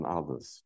others